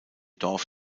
dorf